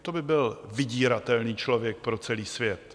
To by byl vydíratelný člověk pro celý svět!